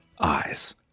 eyes